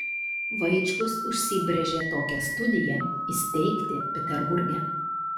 vaičkus užsibrėžė tokią studiją įsteigti peterburge